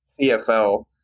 CFL